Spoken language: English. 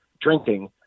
drinking